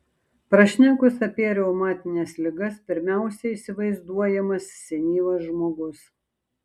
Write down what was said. prašnekus apie reumatines ligas pirmiausia įsivaizduojamas senyvas žmogus